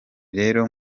rero